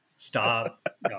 Stop